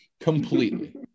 Completely